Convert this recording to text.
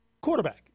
Quarterback